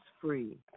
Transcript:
free